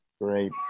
Great